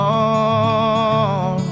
on